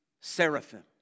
seraphim